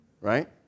right